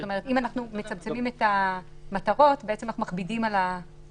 אם אנחנו מצמצמים את המטרות אנחנו בעצם מכבידים על האוכלוסייה.